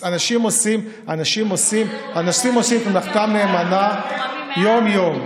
אנשים עושים מלאכתם נאמנה יום-יום.